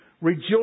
Rejoice